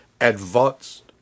advanced